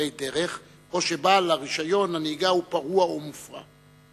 לעוברי דרך או שבעל רשיון הנהיגה הוא פרוע או מופרע.